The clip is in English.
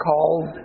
called